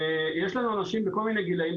יש לנו אנשים במוסדות אנשים בכל מיני גילאים.